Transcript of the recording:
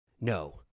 no